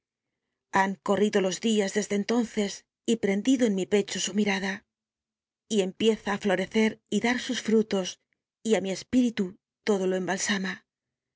han corrido los días desde entonces y prendido en mi pecho su mirada y empieza á florecer y dar sus frutos y á mi espíritu todo lo embalsama